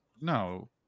No